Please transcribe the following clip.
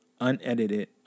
unedited